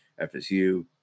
FSU